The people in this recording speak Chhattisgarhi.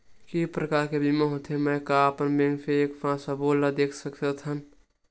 के प्रकार के बीमा होथे मै का अपन बैंक से एक साथ सबो ला देख सकथन?